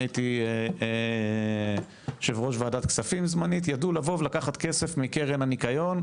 הייתי יושב-ראש ועדת הכספים הזמנית ידעו לבוא ולקחת כסף מקרן הניקיון,